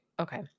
Okay